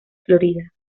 florida